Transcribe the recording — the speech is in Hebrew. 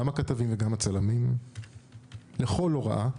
גם הכתבים וגם הצלמים נענו לכל להוראה.